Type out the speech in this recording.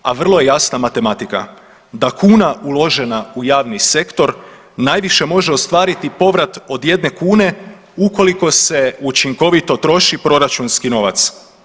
A vrlo je jasna matematika da kuna uložena u javni sektor najviše može ostvariti povrat od 1 kune ukoliko se učinkovito troši proračunski novac.